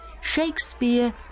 Shakespeare